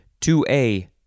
2A